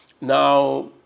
Now